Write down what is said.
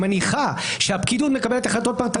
שמניחה שהפקידות מקבלת החלטות פרטניות על